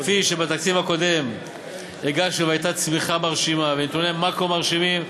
כפי שבתקציב הקודם הייתה צמיחה מרשימה ונתוני מקרו מרשימים,